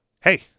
Hey